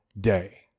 day